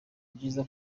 byiza